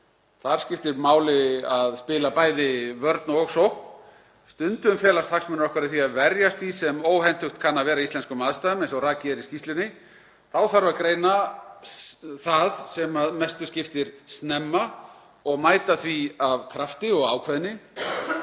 Þar skiptir máli að spila bæði vörn og sókn. Stundum felast hagsmunir okkar í því að verjast því sem óhentugt kann að vera íslenskum aðstæðum eins og rakið er í skýrslunni. Þá þarf að greina það sem mestu skiptir snemma og mæta því af krafti og ákveðni.